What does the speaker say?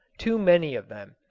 too many of them,